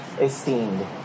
esteemed